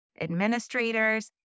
administrators